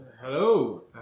Hello